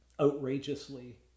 outrageously